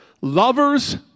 Lovers